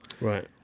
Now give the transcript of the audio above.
right